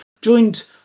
joined